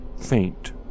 faint